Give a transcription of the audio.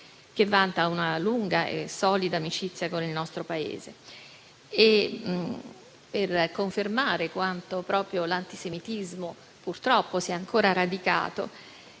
che vanta una lunga e solida amicizia con il nostro Paese. Per confermare quanto proprio l'antisemitismo, purtroppo, sia ancora radicato,